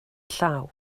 llaw